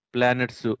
Planets